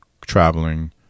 traveling